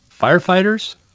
Firefighters